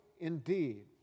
indeed